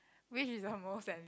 which is the most and